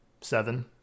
seven